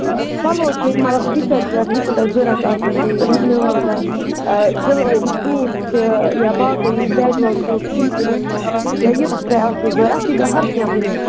آ پَلو چھِ ییٚتہِ مَطلَب ڈِفرَنٛٹ چۄیِس یہِ تہِ تۄہہِ ضروٗرت آسٮ۪و نا تہِ میلنَو تۄہہِ آ سِلوَر یِم سوٗٹھ چھِ یا باقٕے یِم کیجوَل سوٗٹھ چھِ تِم تہِ میلنو یا یہِ تہِ تۄہہِ آسوٕ ضروٗرت تہِ تہِ ہر کیٚنٛہہ میلوٕ